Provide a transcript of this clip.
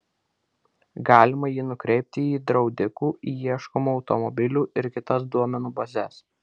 galima jį nukreipti į draudikų į ieškomų automobilių ir kitas duomenų bazes